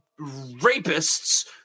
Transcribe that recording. rapists